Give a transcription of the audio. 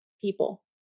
people